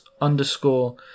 underscore